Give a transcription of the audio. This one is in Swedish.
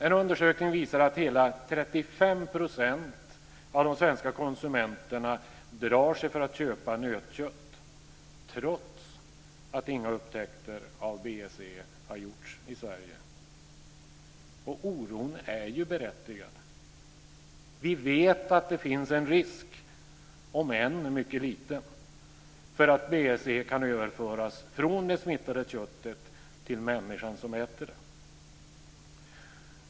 En undersökning visar att hela 35 % av de svenska konsumenterna drar sig för att köpa nötkött trots att inga upptäckter av BSE har gjorts i Sverige. Oron är berättigad. Vi vet att det finns en risk, om än mycket liten, för att BSE kan överföras från det smittade köttet till människan som äter det.